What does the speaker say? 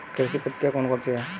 कृषि पद्धतियाँ कौन कौन सी हैं?